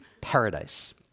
paradise